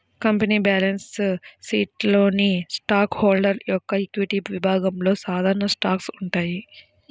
company balance షీట్లోని stock holder యొక్క equity విభాగంలో సాధారణ స్టాక్స్ ఉంటాయి